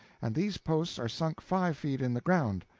and these posts are sunk five feet in the ground.